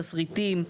תסריטים,